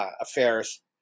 affairs